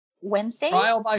Wednesday